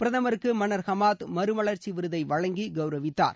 பிரதமருக்கு மன்னர் ஹமாத் மறுமலர்ச்சி விருதை வழங்கி கவுரவித்தார்